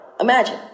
Imagine